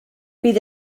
bydd